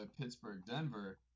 Pittsburgh-Denver